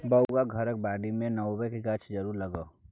बौआ घरक बाडीमे नेबोक गाछ जरुर लगाउ